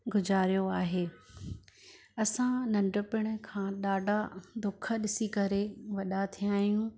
गुज़ारियो आहे असां नंढपण खां ॾाढा दुख ॾिसी करे वॾा थिया आहियूं